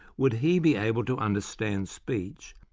would he be able to understand speech,